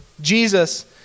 Jesus